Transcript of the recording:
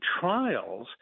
trials